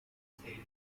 stage